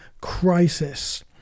crisis